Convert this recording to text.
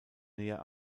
näher